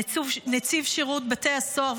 נציב שירות בתי הסוהר,